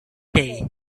day